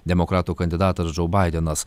demokratų kandidatas džou baidenas